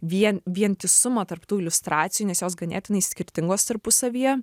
vien vientisumą tarp tų liustracinjų nes jos ganėtinai skirtingos tarpusavyje